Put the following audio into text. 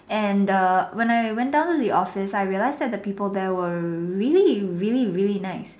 and err when I went down to the office I realised that the people there were really really really nice